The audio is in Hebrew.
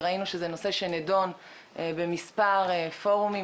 וראינו שזה נושא שנדון בכמה פורומים,